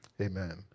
Amen